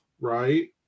right